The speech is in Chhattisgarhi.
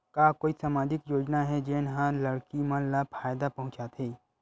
का कोई समाजिक योजना हे, जेन हा लड़की मन ला फायदा पहुंचाथे?